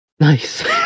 nice